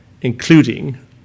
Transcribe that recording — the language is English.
including